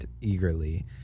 eagerly